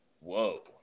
Whoa